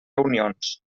reunions